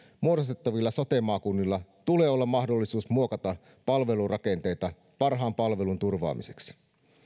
muodostettavilla sote maakunnilla olla mahdollisuus muokata palvelurakenteita parhaan palvelun turvaamiseksi